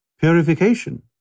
purification